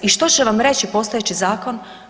I što će vam reći postojeći zakon?